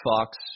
Fox